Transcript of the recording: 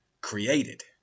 created